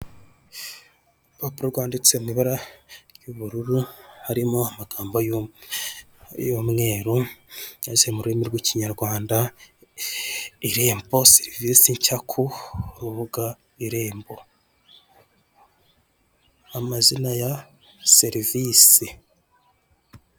Urupapuro rwanditse mu ibara ry'ubururu harimo amagambo y'umweru yanditse mu rurimi rw'ikinyarwanda Irembo serivise nshya ku rubuga Irembo, amazina ya serivise.